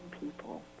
people